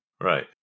Right